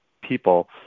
people